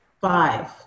Five